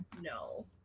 no